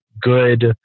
good